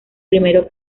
primero